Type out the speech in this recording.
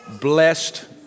blessed